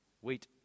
wheat